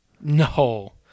No